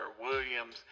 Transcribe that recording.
williams